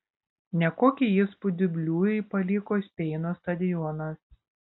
nekokį įspūdį bliujui paliko speino stadionas